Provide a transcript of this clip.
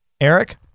Eric